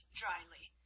dryly